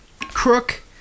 crook